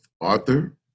Arthur